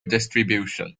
distribution